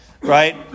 Right